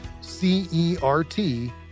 C-E-R-T